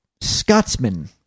Scotsman